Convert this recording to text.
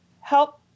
help